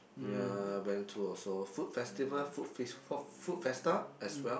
ya went to also food festival food f~ food fiesta as well